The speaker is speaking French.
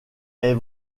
est